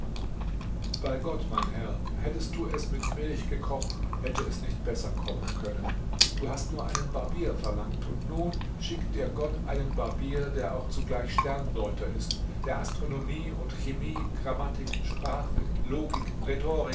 bei gott mein herr hättest du es mit milchsprichwörtliche redensart nach allem bemühen gekocht hätte es nicht besser kommen können du hast nur einen barbier verlangt und nun schickt dir gott einen barbier der auch zugleich sterndeuter ist der astronomie und chemie grammatik sprache logik